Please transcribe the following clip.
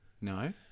No